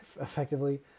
effectively